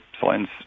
science